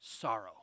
sorrow